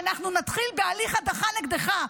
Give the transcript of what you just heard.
אנחנו נתחיל בהליך הדחה נגדך.